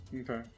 Okay